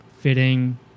fitting